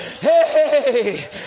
Hey